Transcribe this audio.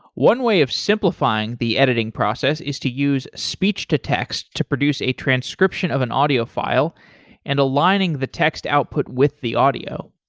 one way of simplifying the editing process is to use speech to text to produce a transcription of an audio file and aligning the text output with the audio.